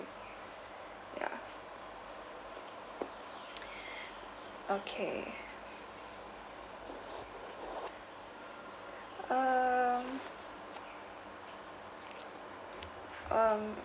ya okay um um